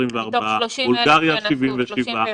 77 מבולגריה יש פה מספרים.